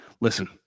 listen